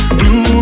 blue